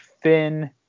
Finn